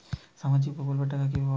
সামাজিক প্রকল্পের টাকা কিভাবে পাব?